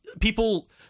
people